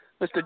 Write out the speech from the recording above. Mr